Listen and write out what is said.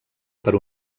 per